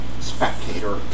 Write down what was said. spectator